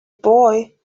boy